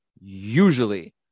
usually